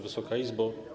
Wysoka Izbo!